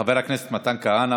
חבר הכנסת מתן כהנא,